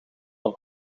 van